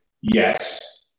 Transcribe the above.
Yes